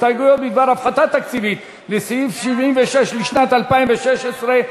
הסתייגויות בדבר הפחתה תקציבית לסעיף 76 לשנת 2016,